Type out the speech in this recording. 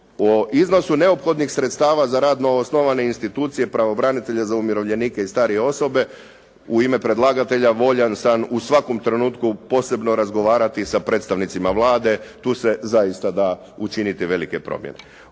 Po iznosu neophodnih sredstava za radno osnovane institucije pravobranitelja za umirovljenike i starije osobe, u ime predlagatelja voljan sam u svakom trenutku posebno razgovarati sa predstavnicima Vlade. Tu se zaista da učiniti velike promjene.